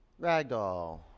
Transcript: Ragdoll